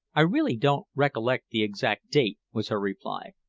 i really don't recollect the exact date, was her reply.